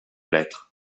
lettre